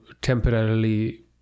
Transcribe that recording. temporarily